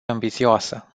ambițioasă